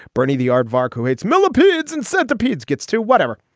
berney the aardvark who hates millipedes and centipedes, gets to whatever.